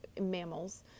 mammals